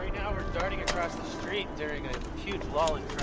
right now we're darting across the street during a huge volume